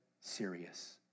serious